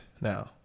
now